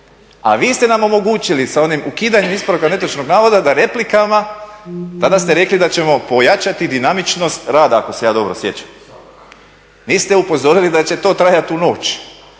a vi ste nam omogućili sa onim ukidanjem ispravka netočnog navoda da replikama, tada ste rekli da ćemo pojačati dinamičnost rada ako se ja dobro sjećam. Niste upozorili da će to trajati u noć.